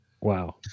Wow